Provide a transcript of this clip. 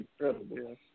incredible